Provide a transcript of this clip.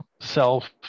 self